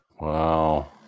Wow